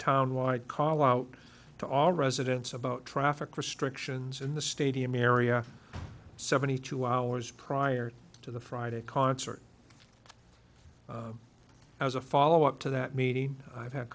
town wide call out to all residents about traffic restrictions in the stadium area seventy two hours prior to the friday concert as a follow up to that meeting i've had